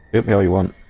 it nearly one